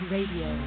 Radio